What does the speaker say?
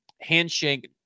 handshake